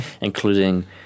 including